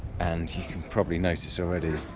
and you can probably notice already,